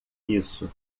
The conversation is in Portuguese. isso